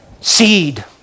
seed